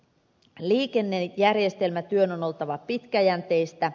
liikennejärjestelmätyön on oltava pitkäjänteistä